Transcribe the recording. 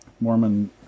Mormon